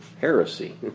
heresy